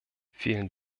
vielen